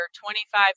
25